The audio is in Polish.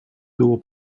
było